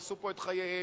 עשו פה את חייהם,